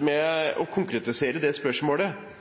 med å konkretisere spørsmålet: Kunne ikke statsråden da